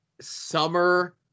summer